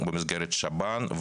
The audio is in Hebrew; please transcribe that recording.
במסגרת שב"ן,